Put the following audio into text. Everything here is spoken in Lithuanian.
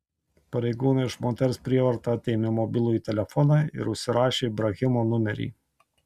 pareigūnai iš moters prievarta atėmė mobilųjį telefoną ir užsirašė ibrahimo numerį